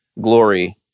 glory